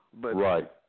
Right